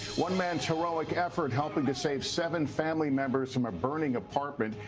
one man's heroic effort helping to save seven family members from a burning apartment.